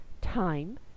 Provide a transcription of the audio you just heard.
time